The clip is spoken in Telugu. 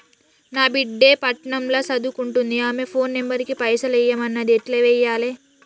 నా బిడ్డే పట్నం ల సదువుకుంటుంది ఆమె ఫోన్ నంబర్ కి పైసల్ ఎయ్యమన్నది ఎట్ల ఎయ్యాలి?